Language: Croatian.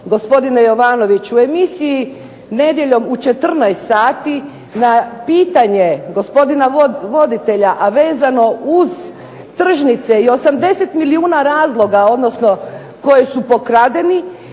gospodine Jovanoviću. U emisiji Nedjeljom u 14,00 sati na pitanje gospodina voditelja a vezano uz tržnice i 80 milijuna razloga koji su pokradeni